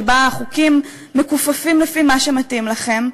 שבה החוקים מכופפים לפי מה שמתאים לכם,